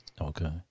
Okay